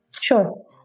Sure